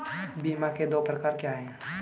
बीमा के दो प्रकार क्या हैं?